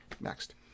Next